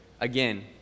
again